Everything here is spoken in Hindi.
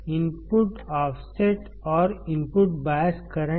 इनपुट ऑफसेट और इनपुट बायस करंट